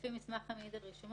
לפי דרכון או תעודת מסע,